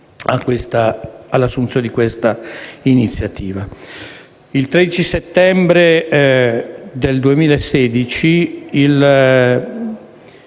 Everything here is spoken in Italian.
sostegno all'assunzione di questa iniziativa. Il 13 settembre 2016 il